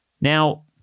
Now